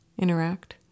interact